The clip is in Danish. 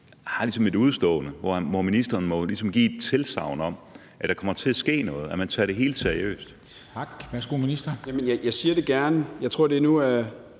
– ligesom har et udestående, hvor ministeren ligesom må give et tilsagn om, at der kommer til at ske noget, at man tager det hele seriøst.